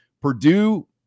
Purdue